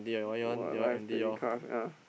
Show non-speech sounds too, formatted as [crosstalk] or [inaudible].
[noise] what live telecast ah